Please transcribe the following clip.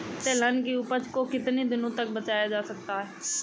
तिलहन की उपज को कितनी दिनों तक बचाया जा सकता है?